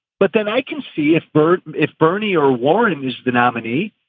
but then i can see if bert. if bernie or warren is the nominee,